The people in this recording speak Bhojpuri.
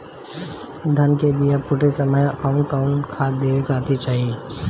धान के बाली फुटे के समय कउन कउन खाद देवे के चाही?